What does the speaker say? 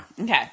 Okay